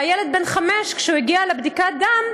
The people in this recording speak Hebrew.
והילד, בן חמש, כשהוא הגיע לבדיקת דם,